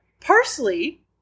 Parsley